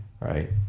right